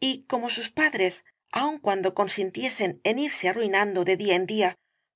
y como sus padres aun cuando consintiesen en irse arruinando de día en día